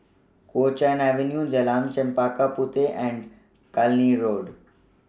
Kuo Chuan Avenue Jalan Chempaka Puteh and Cluny Road